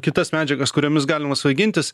kitas medžiagas kuriomis galima svaigintis